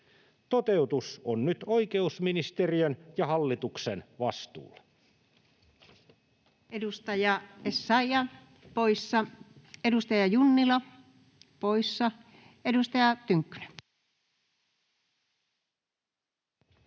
Toteutus on nyt oikeusministeriön ja hallituksen vastuulla.